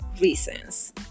reasons